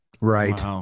Right